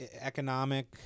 economic